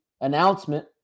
announcement